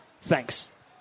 Thanks